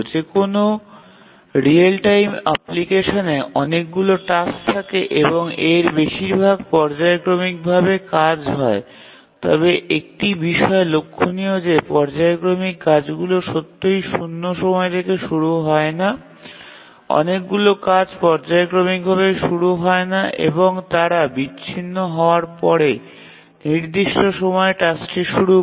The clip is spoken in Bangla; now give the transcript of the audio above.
যে কোনও রিয়েল টাইম অ্যাপ্লিকেশনে অনেকগুলি টাস্ক থাকে এবং এর বেশিরভাগ পর্যায়ক্রমিক ভাবে কাজ হয় তবে একটি বিষয় লক্ষণীয় যে পর্যায়ক্রমিক কাজগুলি সত্যই শূন্য সময় থেকে শুরু হয় না অনেকগুলির কাজ পর্যায়ক্রমিক ভাবেও শুরু হয় না এবং তারা বিচ্ছিন্ন হওয়ার পরে নির্দিষ্ট সময়ে টাস্কটি শুরু করে